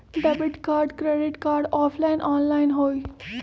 Debit card credit card offline online होई?